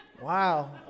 Wow